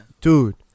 Dude